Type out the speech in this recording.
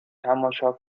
تماشا